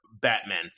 batman